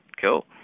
Cool